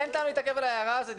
אין טעם להתעכב על ההערה הזאת.